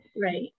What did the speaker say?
Right